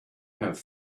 have